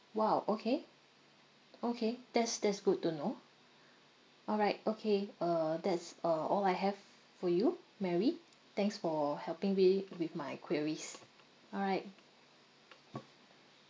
!wow! okay okay that's that's good to know all right okay uh that's uh all I have for you mary thanks for helping me with my queries all right